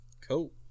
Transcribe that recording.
Cool